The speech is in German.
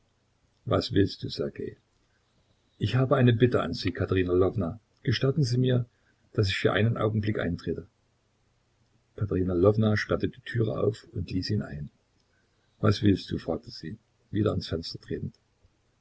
was willst du ssergej ich habe eine bitte an sie katerina lwowna gestatten sie mir daß ich für einen augenblick eintrete katerina lwowna sperrte die türe auf und ließ ihn ein was willst du fragte sie wieder ans fenster tretend